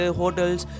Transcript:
hotels